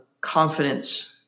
confidence